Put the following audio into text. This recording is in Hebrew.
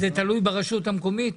זה תלוי ברשות המקומית?